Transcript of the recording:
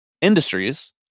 industries